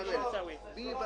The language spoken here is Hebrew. הישיבה